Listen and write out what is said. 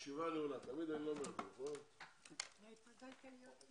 הישיבה ננעלה בשעה 11:50.